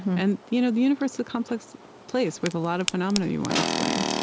and you know the universe is a complex place with a lot of phenomena you want to explain.